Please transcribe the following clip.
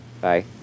Bye